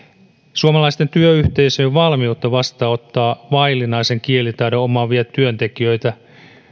suomalaisten työyhteisöjen valmiutta vastaanottaa vaillinaisen kielitaidon omaavia työntekijöitä